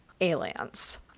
aliens